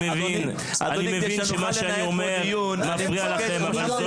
אני מבין שמה שאני אומר מפריע לכם, אבל זאת